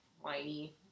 whiny